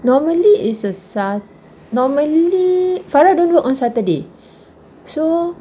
normally is a sat~ normally farah don't work on saturday so